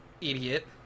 idiot